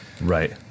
Right